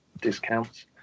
discounts